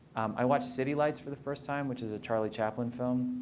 i watched city lights for the first time, which is a charlie chaplin film.